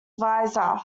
vizier